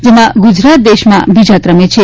જેમાં ગુજરાત દેશમાં બીજા ક્રમે છે